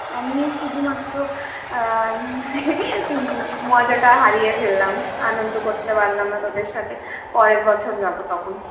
আমিই শুধু মাত্র মজাটা হারিয়ে ফেললাম আনন্দ করতে পারলাম না তোদের সাথে পরের বছর যাবো তখন